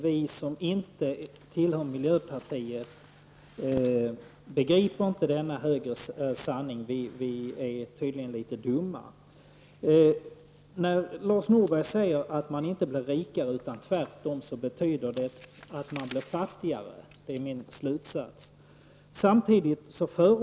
Vi som inte tillhör miljöpartiet begriper inte denna högre sanning. Vi är tydligen litet dumma. Lars Norberg säger att man inte blir rikare utan tvärtom fattigare. Det är min slutsats.